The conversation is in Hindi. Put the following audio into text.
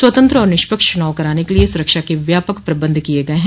स्वतंत्र और निष्पक्ष चुनाव कराने के लिए सुरक्षा के व्यापक प्रबंध किये गये हैं